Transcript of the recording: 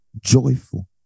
joyful